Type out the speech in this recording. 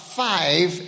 five